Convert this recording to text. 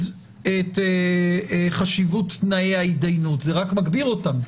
את חשיבות תנאי ההידיינות רק מגביר אותם.